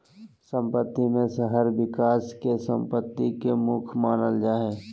सम्पत्ति में शहरी विकास के सम्पत्ति के मुख्य मानल जा हइ